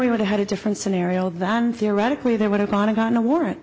we would have had a different scenario than theoretically they would have gotten gotten a warrant